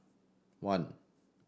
one